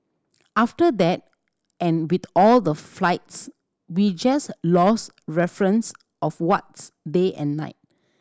after that and with all the flights we just lost reference of what's day and night